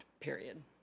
period